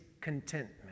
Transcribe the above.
contentment